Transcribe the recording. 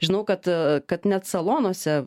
žinau kad kad net salonuose